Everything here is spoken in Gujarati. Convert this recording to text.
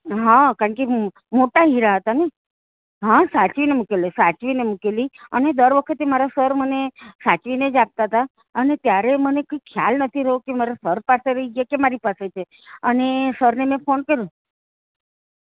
હં કારણ કે હું મોટા હીરા હતાને હં સાચવીને મૂકેલા સાચવીને મૂકેલી અને દરવખતે મારા સર મને સાચવીને જ આપતા હતા અને ત્યારે મને કંઈ ખ્યાલ નથી રહ્યો કે મારે સર પાસે રહી ગયા કે મારી પાસે છે અને સરને મેં ફોન કર્યો